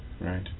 Right